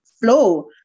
flow